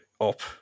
up